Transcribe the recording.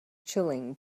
chilling